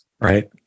right